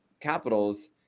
Capitals